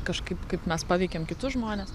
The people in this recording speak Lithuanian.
kažkaip kaip mes paveikiam kitus žmones